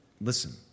Listen